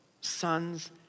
sons